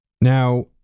Now